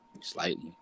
Slightly